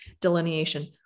delineation